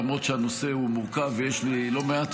למרות שהנושא הוא מורכב ויש לי לא מעט